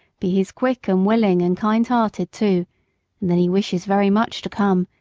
but he is quick and willing, and kind-hearted, too, and then he wishes very much to come,